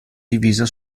divisa